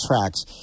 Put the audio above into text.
tracks